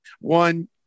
One